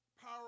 power